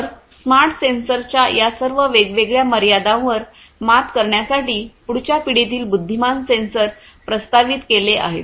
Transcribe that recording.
तर स्मार्ट सेन्सरच्या या सर्व वेगवेगळ्या मर्यादांवर मात करण्यासाठी पुढच्या पिढीतील बुद्धिमान सेन्सर प्रस्तावित केले आहेत